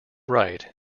right